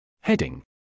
Heading